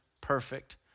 perfect